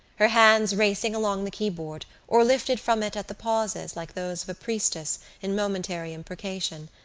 her hands racing along the key-board or lifted from it at the pauses like those of a priestess in momentary imprecation,